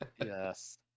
Yes